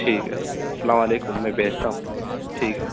ٹھیک ہے سلام علیکم میں بھیجتا ہوں ٹھیک ہے